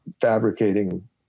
fabricating